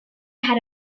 had